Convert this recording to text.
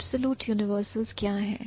Absolute universals क्या है